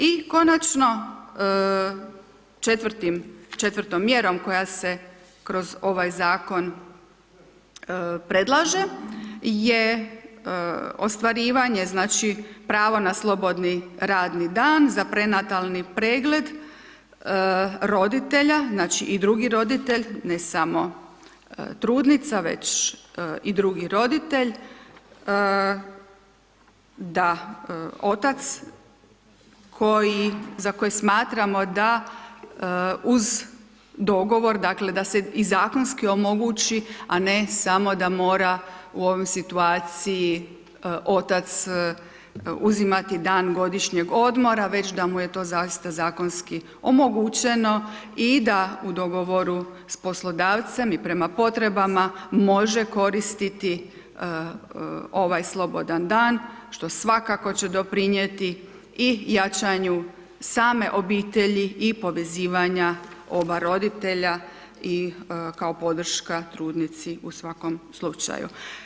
I konačno 4.-tom mjerom koja se kroz ovaj zakon predlaže je ostvarivanje znači pravo na slobodni radni dan za prenatalni pregled roditelja, znači i drugi roditelj, ne samo trudnica, već i drugi roditelj, da otac koji za koje smatramo da uz dogovor, dakle, da se i zakonski omogući, a ne samo da mora u ovim situaciji otac uzimati dan godišnjeg odmora, već da mu je to zaista zakonski omogućeno i da u dogovoru s poslodavcem i prema potrebama može koristiti ovaj slobodan dan, što svakako će doprinijeti i jačanju same obitelji i povezivanja oba roditelja i kao podrška trudnici u svakom slučaju.